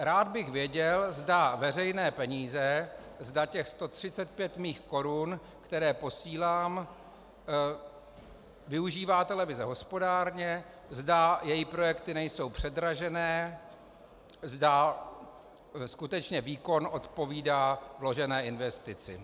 Rád bych věděl, zda veřejné peníze, zda těch mých 135 korun, které posílám, využívá televize hospodárně, zda její projekty nejsou předražené, zda skutečně výkon odpovídá vložené investici.